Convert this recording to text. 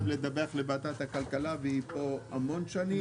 האמת היא - -חייב לדווח לוועדת הכלכלה והיא פה המון שנים.